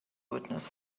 witness